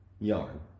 Yarn